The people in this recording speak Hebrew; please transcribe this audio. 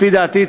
לפי דעתי,